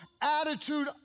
attitude